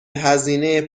هزینه